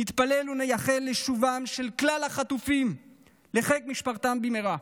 נתפלל ונייחל לשובם של כלל החטופים לחיק משפחתם במהרה.